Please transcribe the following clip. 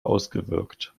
ausgewirkt